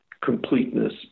completeness